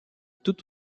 tout